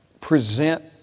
present